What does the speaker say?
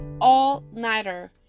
all-nighter